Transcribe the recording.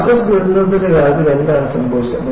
molasses ദുരന്തത്തിന്റെ കാര്യത്തിൽ എന്താണ് സംഭവിച്ചത്